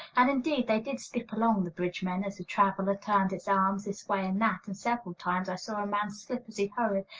and, indeed, they did skip along, the bridge-men, as the traveler turned its arms this way and that, and several times i saw a man slip as he hurried,